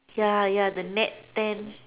ya ya the net tent